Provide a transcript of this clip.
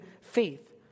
faith